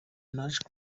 naje